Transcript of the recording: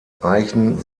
eichen